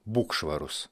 būk švarus